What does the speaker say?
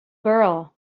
girl